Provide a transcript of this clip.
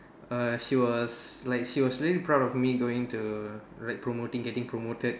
err she was like she was really proud of me going to like promoting getting promoted